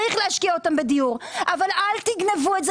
יש להשקיע אותם בדיור אבל אל תגנבו את זה